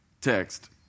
text